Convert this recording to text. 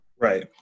Right